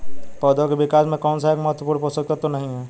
पौधों के विकास में कौन सा एक महत्वपूर्ण पोषक तत्व नहीं है?